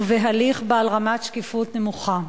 ובהליך בעל רמת שקיפות נמוכה.